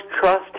trust